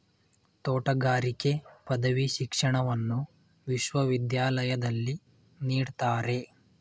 ತೋಟಗಾರಿಕೆ ಪದವಿ ಶಿಕ್ಷಣವನ್ನು ವಿಶ್ವವಿದ್ಯಾಲಯದಲ್ಲಿ ನೀಡ್ತಾರೆ